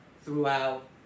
throughout